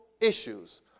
issues